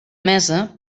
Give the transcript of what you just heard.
mesa